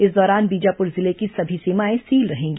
इस दौरान बीजापुर जिले की सभी सीमाएं सील रहेंगी